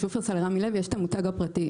לשופרסל ולרמי לוי יש גם את המותג הפרטי.